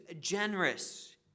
generous